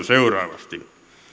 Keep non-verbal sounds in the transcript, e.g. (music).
(unintelligible) seuraavasti